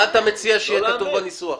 מה אתה מציע שיהיה כתוב בנוסח?